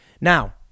Now